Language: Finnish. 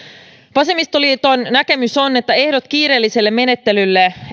vasemmistoliiton näkemys on että ehdot kiireelliselle menettelylle